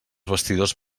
vestidors